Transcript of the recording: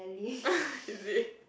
is it